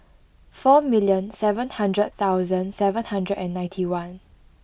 four million seven hundred thousand and seven hundred and ninety one